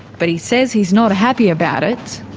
but he says he's not happy about it.